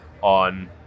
on